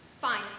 Fine